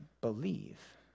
believe